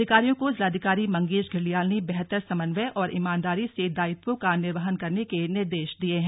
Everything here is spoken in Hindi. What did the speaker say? अधिकारियों को जिलाधिकारी मंगेश घिल्डियाल ने बेहतर समन्वय और ईमानदारी से दायित्वों का निर्वहन करने के निर्देश दिये हैं